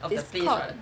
is called